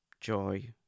joy